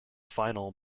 final